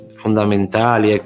fondamentali